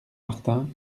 martin